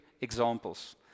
examples